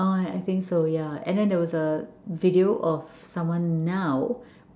orh I I think so ya and then there's a video of someone now